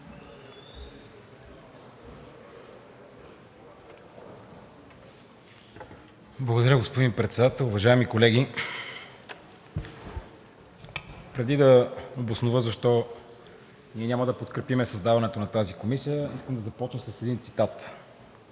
Благодаря, господин Председател. Уважаеми колеги! Преди да обоснова защо няма да подкрепим създаването на тази комисия, искам да започна с един цитат